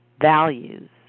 values